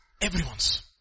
Everyone's